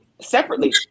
Separately